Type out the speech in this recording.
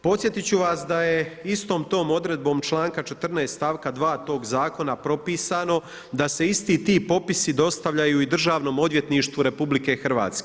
Podsjetit ću vas da je istom tom odredbom članka 14. stavka 2. tog zakona propisano da se isti ti popisi dostavljaju i državnom odvjetništvu RH.